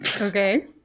Okay